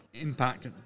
impact